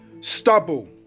stubble